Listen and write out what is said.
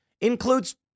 includes